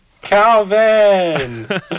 Calvin